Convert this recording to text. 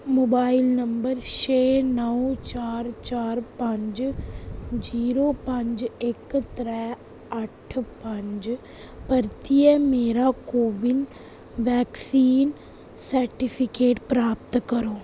mobile number छे नौ चार चार पंज जीरो पंज इक त्रै अट्ठ पंज बरतियै मेरा को विन वैक्सीन सर्टिफिकेट प्राप्त करो